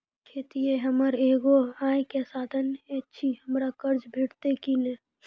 खेतीये हमर एगो आय के साधन ऐछि, हमरा कर्ज भेटतै कि नै?